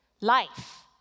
life